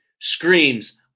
screams